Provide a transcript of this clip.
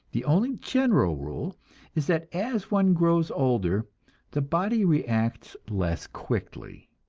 the only general rule is that as one grows older the body reacts less quickly.